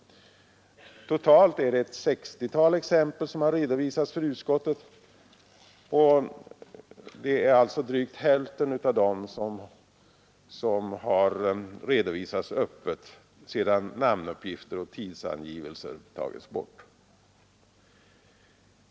Totalt har ett 60-tal exempel redovisats för utskottet av vilka drygt hälften alltså redovisats öppet sedan namnuppgifter och tidsangivelser tagits bort.